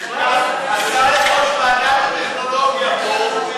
קונפרנס והשר יהיה איפה שהוא נמצא.